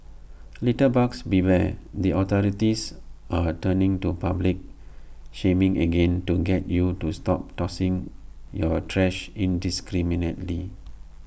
litterbugs beware the authorities are turning to public shaming again to get you to stop tossing your trash indiscriminately